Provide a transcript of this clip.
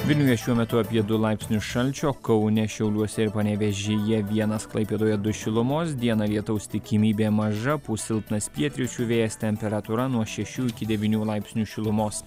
vilniuje šiuo metu apie du laipsnius šalčio kaune šiauliuose ir panevėžyje vienas klaipėdoje du šilumos dieną lietaus tikimybė maža pūs silpnas pietryčių vėjas temperatūra nuo šešių iki devynių laipsnių šilumos